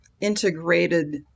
integrated